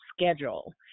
schedule